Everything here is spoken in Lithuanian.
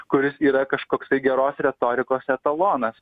kuris yra kažkoks tai geros retorikos etalonas